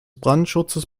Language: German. brandschutzes